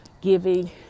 giving